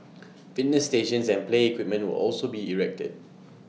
fitness stations and play equipment will also be erected